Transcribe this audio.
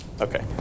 Okay